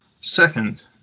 Second